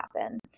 happen